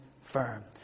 firm